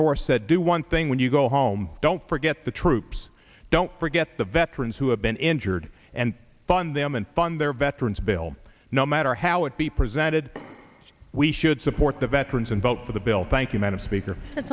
nor said do one thing when you go home don't forget the troops don't forget the veterans who have been injured and fund them and fund their veterans bill no matter how it be presented we should support the veterans and vote for the bill thank you madam speaker